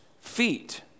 feet